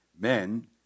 men